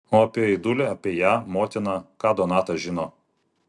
o apie aidulį apie ją motiną ką donata žino